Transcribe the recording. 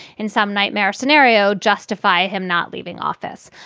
in some nightmare scenario, justify him not leaving office.